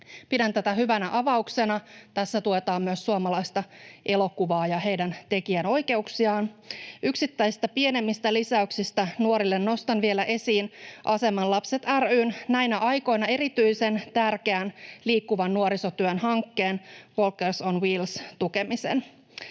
Pidän tätä hyvänä avauksena. Tässä tuetaan myös suomalaista elokuvaa ja heidän tekijänoikeuksiaan. Yksittäisistä pienemmistä lisäyksistä nuorille nostan esiin vielä Aseman Lapset ry:n näinä aikoina erityisen tärkeän liikkuvan nuorisotyön hankkeen Walkers on Wheels tukemisen.